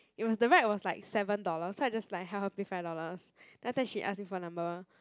it was the ride was like seven dollars so I just like help her pay five dollars then after that she ask me for number